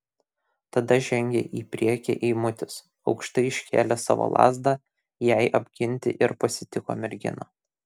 tada žengė į priekį eimutis aukštai iškėlęs savo lazdą jai apginti ir pasitiko merginą